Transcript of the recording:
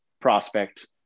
prospect